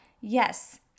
yes